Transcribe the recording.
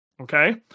Okay